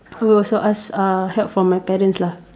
I will also ask uh help from my parents lah